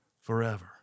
forever